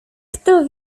kto